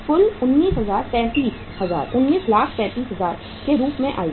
कुल 1935000 के रूप में आएगी